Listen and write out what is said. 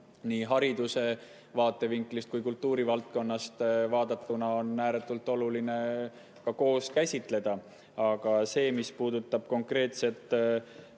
nii hariduse vaatevinklist kui ka kultuurivaldkonnast vaadatuna on ääretult oluline koos käsitleda. Aga mis puudutab konkreetselt